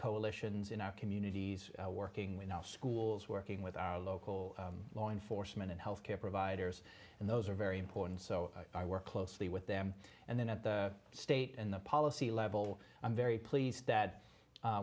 coalitions in our communities working with schools working with our local law enforcement and health care providers and those are very important so i work closely with them and then at the state and the policy level i'm very pleased